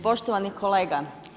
Poštovani kolega.